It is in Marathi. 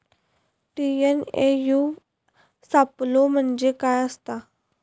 टी.एन.ए.यू सापलो म्हणजे काय असतां?